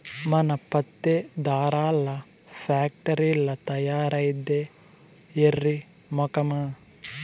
మన పత్తే దారాల్ల ఫాక్టరీల్ల తయారైద్దే ఎర్రి మొకమా